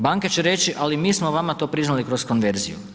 Banke će reći ali mi smo vama to priznali kroz konverziju.